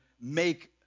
make